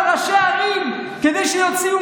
אתם מהלכים אימים על ראשי ערים כדי שיוציאו